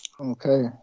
Okay